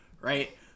right